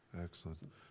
Excellent